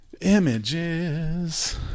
Images